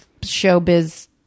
showbiz